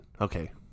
Okay